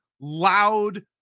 loud